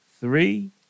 three